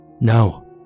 No